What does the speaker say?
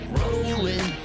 rolling